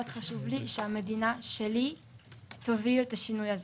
חשוב לי שהמדינה שלי תוביל את השינוי הזה